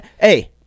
Hey